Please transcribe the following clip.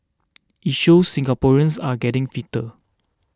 it shows Singaporeans are getting fitter